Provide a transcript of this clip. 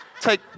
take